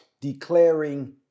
declaring